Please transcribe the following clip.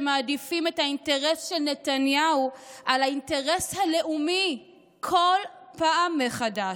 שמעדיפים את האינטרס של נתניהו על האינטרס הלאומי כל פעם מחדש.